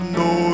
no